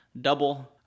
double